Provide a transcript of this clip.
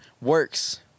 works